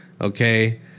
Okay